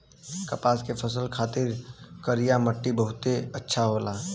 कपास के फसल खातिर करिया मट्टी बहुते अच्छा होला